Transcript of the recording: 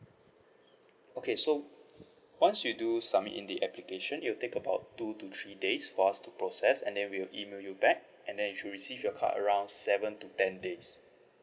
okay so once you do submit in the application it will take about two to three days for us to process and then we will email you back and then you should receive your card around seven to ten days